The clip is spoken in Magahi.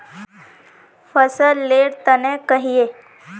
फसल लेर तने कहिए?